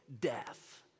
death